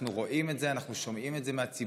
אנחנו רואים את זה, אנחנו שומעים את זה מהציבור,